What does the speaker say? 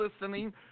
listening